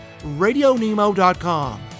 RadioNemo.com